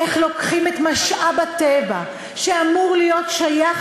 איך לוקחים את משאב הטבע שאמור להיות שייך